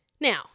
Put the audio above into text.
now